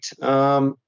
right